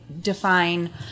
Define